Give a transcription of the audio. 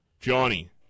johnny